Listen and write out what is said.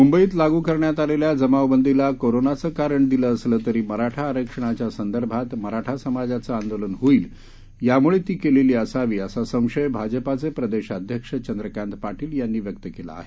मुंबईत लागू करण्यात आलेल्या जमावबंदीला कोरोनाचं कारण दिलं असलं तरी मराठा आरक्षणाच्या संदर्भात मराठा समाजाचे आंदोलन होईल यामुळे केलेली असावी असा संशय भाजपाचे प्रदेशाध्यक्ष चंद्रकांत पाटील यांनी व्यक्त केला आहे